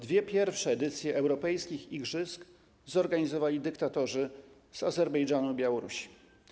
Dwie pierwsze edycje europejskich igrzysk zorganizowali dyktatorzy z Azerbejdżanu i Białorusi.